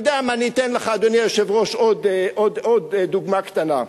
אדוני היושב-ראש, אתן לך עוד דוגמה קטנה.